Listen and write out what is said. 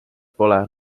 pole